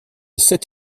sept